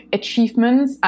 achievements